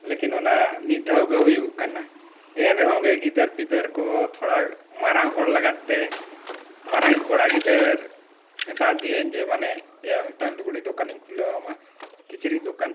ᱞᱮᱠᱤᱱ ᱚᱱᱟ ᱢᱤᱫ ᱫᱷᱟᱣ ᱜᱮ ᱦᱩᱭᱩᱜ ᱠᱟᱱᱟ ᱮᱱ ᱨᱮᱦᱚᱸ ᱜᱮ ᱜᱤᱫᱟᱹᱨ ᱯᱤᱫᱟᱹᱨ ᱠᱚ ᱛᱷᱚᱲᱟ ᱢᱟᱨᱟᱝ ᱦᱚᱲ ᱞᱟᱹᱜᱤᱫ ᱛᱮ ᱢᱟᱨᱟᱝ ᱤᱡ ᱠᱚᱲᱟ ᱜᱤᱫᱟᱹᱨ ᱢᱮᱛᱟ ᱫᱤᱭᱟᱹᱧ ᱡᱮ ᱢᱟᱱᱮ ᱮᱭᱟ ᱢᱤᱫᱴᱟᱝ ᱞᱩᱜᱽᱲᱤ ᱫᱚᱠᱟᱱᱤᱧ ᱠᱷᱩᱞᱟᱹᱣ ᱟᱢᱟ ᱠᱤᱪᱨᱤᱡ ᱫᱚᱠᱟᱱ